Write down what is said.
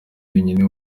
wenyine